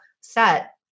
set